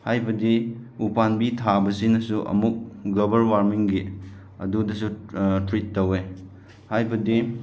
ꯍꯥꯏꯕꯗꯤ ꯎꯄꯥꯝꯕꯤ ꯊꯥꯕꯁꯤꯅꯁꯨ ꯑꯃꯨꯛ ꯒ꯭ꯂꯣꯕꯦꯜ ꯋꯥꯔꯃꯤꯡꯒꯤ ꯑꯗꯨꯗꯁꯨ ꯇ꯭ꯔꯤꯠ ꯇꯧꯋꯦ ꯍꯥꯏꯕꯗꯤ